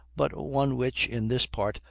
but one which, in this part,